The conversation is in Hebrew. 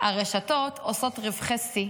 הרשתות עושות רווחי שיא,